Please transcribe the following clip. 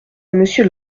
monsieur